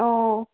अ